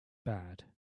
bad